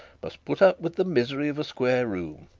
must put up with the misery of a square room.